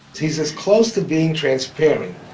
he's as close to being transparent